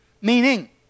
Meaning